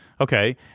Okay